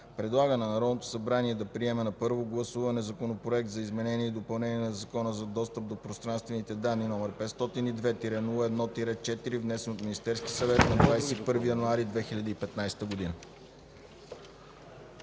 предлага на Народното събрание да приеме на първо гласуване Законопроект за изменение и допълнение на Закона за достъп до пространствени данни, № 502-01-4, внесен от Министерския съвет на 21 януари 2015 г.”